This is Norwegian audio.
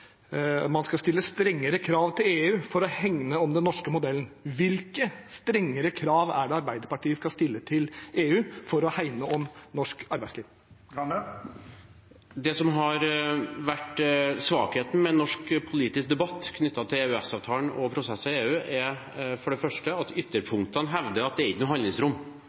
man skal stille strengere krav til EU for å hegne om den norske modellen. Hvilke strengere krav er det Arbeiderpartiet skal stille til EU for å hegne om norsk arbeidsliv? Det som har vært svakheten i norsk politisk debatt knyttet til EØS-avtalen og prosesser i EU, er for det første at ytterpunktene hevder at det ikke er noe handlingsrom.